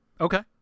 Okay